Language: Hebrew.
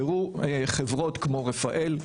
תראו חברות כמו רפאל,